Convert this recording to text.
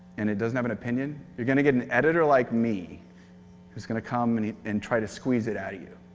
and it doesn't have an opinion, you're going to get an editor like me who's going to come and and try to squeeze it out of you.